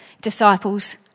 disciples